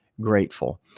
grateful